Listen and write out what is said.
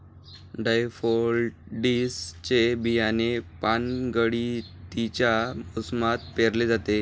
daffodils चे बियाणे पानगळतीच्या मोसमात पेरले जाते